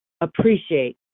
appreciate